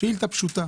שאילתא פשוטה